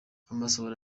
amasohoro